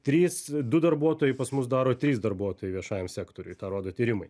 trys du darbuotojai pas mus daro trys darbuotojai viešajam sektoriui tą rodo tyrimai